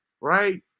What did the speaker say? right